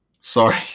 Sorry